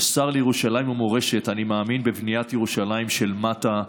כשר לירושלים ומורשת אני מאמין בבניית ירושלים של מטה,